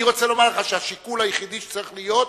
אני רוצה לומר לך שהשיקול היחידי שצריך להיות,